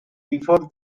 before